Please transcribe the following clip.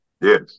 Yes